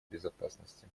безопасности